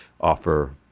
offer